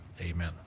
Amen